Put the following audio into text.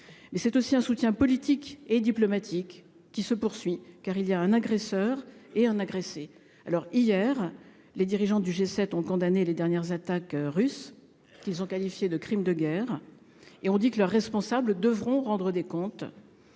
mais aussi politique et diplomatique, car il y a un agresseur et un agressé. Hier, les dirigeants du G7 ont condamné les dernières attaques russes, qu'ils ont qualifiées de crimes de guerre. Ils ont déclaré que leurs responsables devront rendre des comptes.